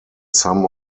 some